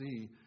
see